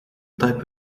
type